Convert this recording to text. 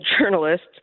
journalists